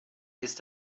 ist